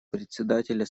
председателя